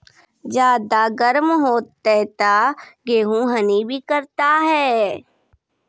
ज्यादा गर्म होते ता गेहूँ हनी भी करता है?